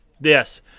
Yes